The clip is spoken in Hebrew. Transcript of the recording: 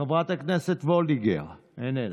חברת הכנסת וולדיגר, איננה.